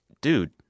dude